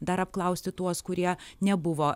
dar apklausti tuos kurie nebuvo